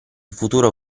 futuro